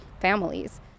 families